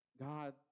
God